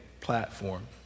platform